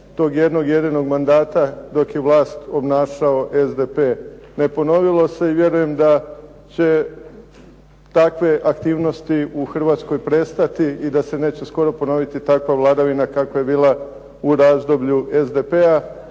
tog jednog jedinog mandata dok je vlast obnašao SDP. Ne ponovilo se i vjerujem da će takve aktivnosti u Hrvatskoj prestati i da se neće skoro ponoviti takva vladavina kakva je bila u razdoblju SDP-a.